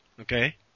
Okay